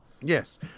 Yes